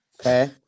Okay